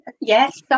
yes